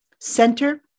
Center